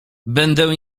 będę